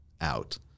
out